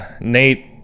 Nate